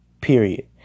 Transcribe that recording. Period